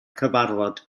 cyfarfod